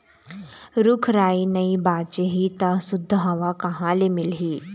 रूख राई नइ बाचही त सुद्ध हवा कहाँ ले मिलही